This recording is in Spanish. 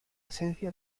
esencia